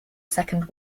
second